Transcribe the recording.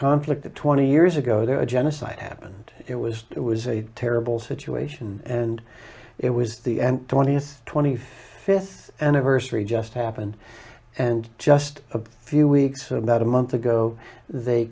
conflict twenty years ago there were a genocide happened it was it was a terrible situation and it was the end twentieth twenty fifth anniversary just happened and just a few weeks about a month ago they